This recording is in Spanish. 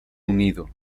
unido